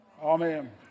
Amen